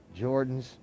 Jordans